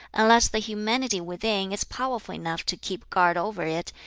unless the humanity within is powerful enough to keep guard over it,